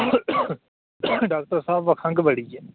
doctor साह्ब बो खंघ बड़ी ऐ